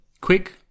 quick